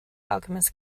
alchemist